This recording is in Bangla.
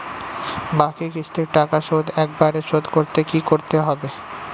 বাকি কিস্তির টাকা শোধ একবারে শোধ করতে কি করতে হবে?